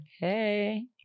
Hey